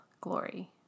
glory